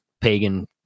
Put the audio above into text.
pagan